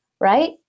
right